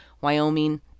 Wyoming